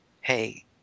hey